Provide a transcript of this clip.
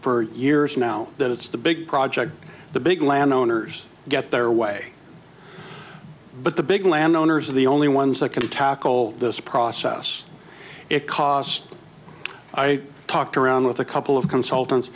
for years now that it's the big project the big landowners get their way but the big landowners are the only ones that can tackle this process it costs i talked around with a couple of consultants